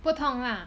不痛啦